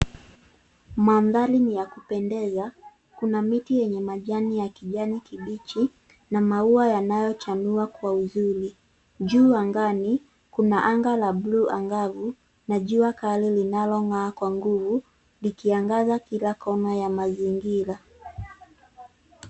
Mandhari ni ya kupendeza, kuna miti yenye majani ya kijani kibichi, na maua yanayochanua kwa uzuri, juu angani, kuna anga la blue angavu, na jua kali linalong'aa kwa nguvu, likiangaza kila kona ya mazingira.